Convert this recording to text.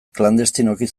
klandestinoki